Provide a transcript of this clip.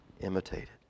imitated